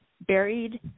buried